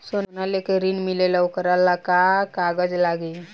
सोना लेके ऋण मिलेला वोकरा ला का कागज लागी?